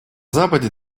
западе